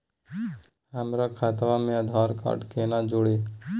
हमर खतवा मे आधार कार्ड केना जुड़ी?